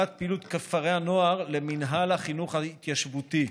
את פעילות כפרי הנוער למינהל החינוך ההתיישבותי.